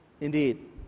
Indeed